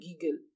giggle